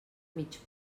mig